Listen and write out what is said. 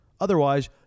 Otherwise